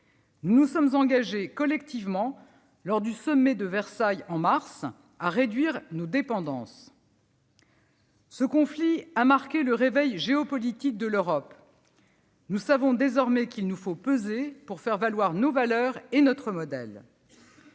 Nous nous sommes engagés collectivement, lors du sommet de Versailles en mars, à réduire nos dépendances. Ce conflit a marqué le réveil géopolitique de l'Europe. Nous savons désormais qu'il nous faut peser pour faire valoir nos valeurs et notre modèle.